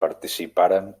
participaren